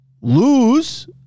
lose